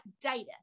data